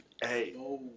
Hey